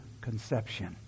conception